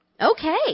Okay